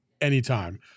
anytime